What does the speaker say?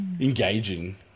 engaging